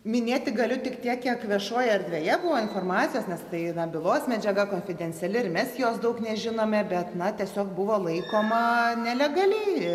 minėti galiu tik tiek kiek viešoj erdvėje buvo informacijos nes tai na bylos medžiaga konfidenciali ir mes jos daug nežinome bet na tiesiog buvo laikoma nelegaliai